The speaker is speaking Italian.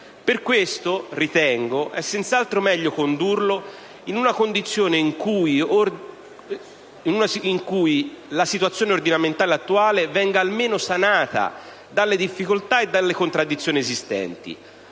Per questo - ritengo - è senz'altro meglio condurlo in una condizione in cui la situazione ordinamentale attuale venga almeno sanata dalle difficoltà e dalle contraddizioni esistenti,